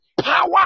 power